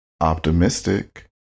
optimistic